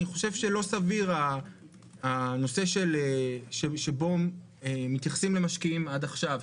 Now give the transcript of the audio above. אני חושב שלא סביר הנושא שבו מתייחסים למשקיעים עד עכשיו.